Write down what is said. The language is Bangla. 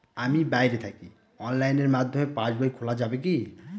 আমি বাইরে থাকি অনলাইনের মাধ্যমে পাস বই খোলা যাবে কি?